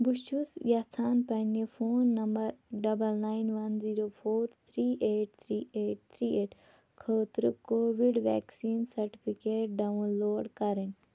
بہٕ چھُس یژھان پنٕنہِ phone number double nine one zero four three eight three eight three eight خٲطرٕ covid vaccine certificate download کَرٕنۍ